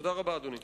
תודה רבה, אדוני.